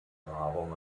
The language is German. paarung